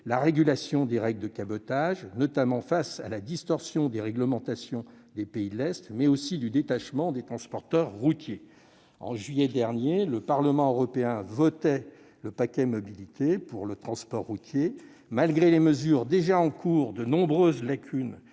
la régulation des règles de cabotage, notamment face à la distorsion de concurrence résultant des réglementations des pays de l'Est, mais aussi du détachement des transporteurs routiers. En juillet dernier, le Parlement européen votait le paquet mobilité pour le transport routier. Malgré les mesures en cours, de nombreuses lacunes